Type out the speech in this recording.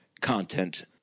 content